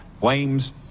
Flames